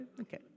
Okay